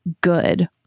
good